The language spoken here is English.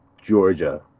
Georgia